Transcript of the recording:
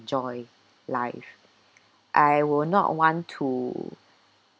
enjoy life I will not want to